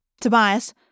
Tobias